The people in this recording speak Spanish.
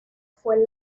fue